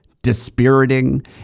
dispiriting